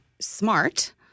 smart